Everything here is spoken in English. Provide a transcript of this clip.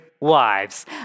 wives